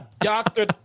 doctor